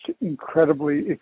incredibly